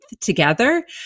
together